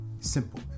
simple